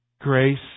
Grace